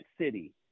city